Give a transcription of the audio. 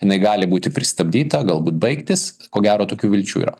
jinai gali būti pristabdyta galbūt baigtis ko gero tokių vilčių yra